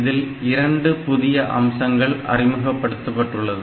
இதில் 2 புதிய அம்சங்கள் அறிமுகப்படுத்தப்பட்டுள்ளது